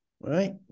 Right